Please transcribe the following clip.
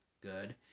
Good